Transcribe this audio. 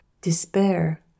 despair